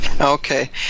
Okay